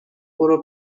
برو